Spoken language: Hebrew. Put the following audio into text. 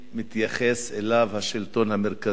מתייחס אליו השלטון המרכזי